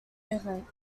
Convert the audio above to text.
movement